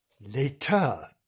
later